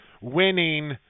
winning